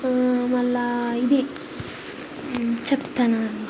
మళ్ళీ ఇది చెప్తానా